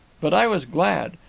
but i was glad.